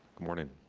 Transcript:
morning.